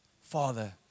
Father